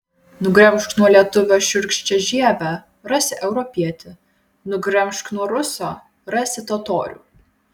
nugremžk nuo lietuvio šiurkščią žievę rasi europietį nugremžk nuo ruso rasi totorių